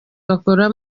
bakora